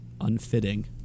unfitting